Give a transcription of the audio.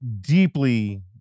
deeply